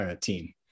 team